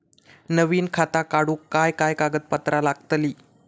नवीन खाता काढूक काय काय कागदपत्रा लागतली?